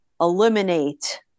eliminate